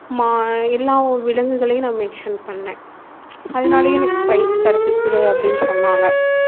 மா எல்லா விலங்குகளையும் நான் மென்ஷன் பண்ணேன் அதனாலயே எனக்கு ப்ரைஸ் கிடச்சிடிச்சி அப்படின்னு சொன்னாங்க